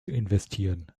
investieren